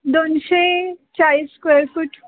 दोनशे चाळीस स्क्वेअर फूट